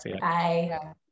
Bye